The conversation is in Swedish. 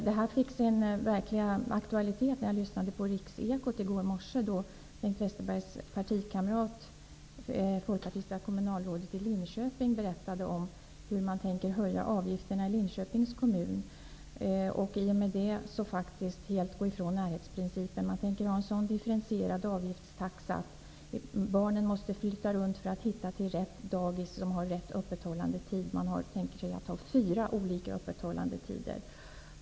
Det här blev verkligen aktuellt när jag lyssnade på Linköping berättade hur man tänker höja avgifterna i Linköpings kommun och i och med detta faktiskt helt gå ifrån näringsprincipen. Man tänker ha en sådan differentierad avgiftstaxa att barnen måste flytta runt för att hitta till rätt dagis som har rätt öppethållandetider. Man tänker ha fyra olika öppethållandetider.